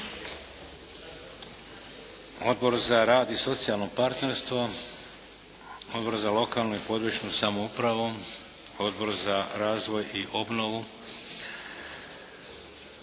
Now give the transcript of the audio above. Odbor za rad i socijalno partnerstvo. Odbor za lokalnu i područnu samoupravu. Odbor za razvoj i obnovu.